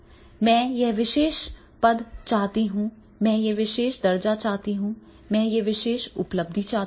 मैं यह विशेष पद चाहता हूं मैं एक विशेष दर्जा चाहता हूं मैं एक विशेष उपलब्धि चाहता हूं